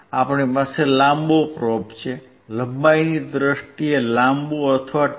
આપણી પાસે લાંબો પ્રોબ છે લંબાઈની દ્રષ્ટિએ લાંબો અથવા ટૂંકો